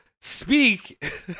Speak